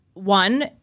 One